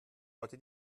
heute